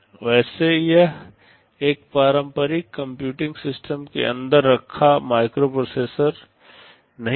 वैसे यह एक पारंपरिक कंप्यूटिंग सिस्टम के अंदर रखा माइक्रोप्रोसेसर नहीं है